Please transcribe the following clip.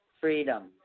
freedom